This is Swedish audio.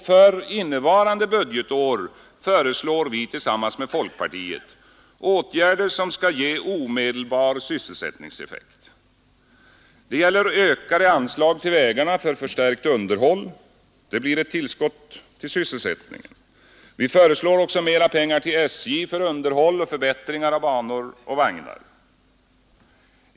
För innevarande budgetår föreslår vi tillsammans med folkpartiet åtgärder som skall ge omedelbar sysselsättningseffekt. Det gäller ökade anslag till vägarna för förstärkt underhåll. Detta blir ett tillskott till sysselsättningen. Vi föreslår också mera pengar till SJ för underhåll och förbättringar av banor och vagnar.